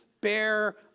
bear